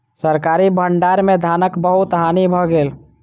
सरकारी भण्डार में धानक बहुत हानि भ गेल